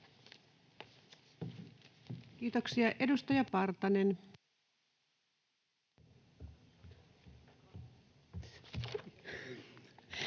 Kiitoksia. — Edustaja Partanen.